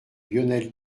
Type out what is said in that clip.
lionel